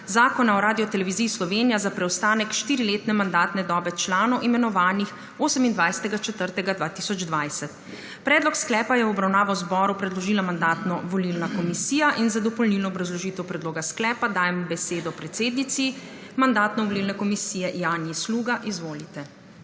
Zakona o Radioteleviziji Slovenija za preostanek štiriletne mandatne dobe članov imenovanih 27. 12. 2021. Predlog sklepa je v obravnavo zboru predložila Mandatno-volilna komisija. Zopet za dopolnilno obrazložitev predloga sklepa dajem besedo predsednici Janji Sluga. Izvolite.